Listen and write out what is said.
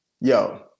Yo